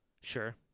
Sure